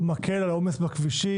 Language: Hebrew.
הוא מקל על העומס בכבישים,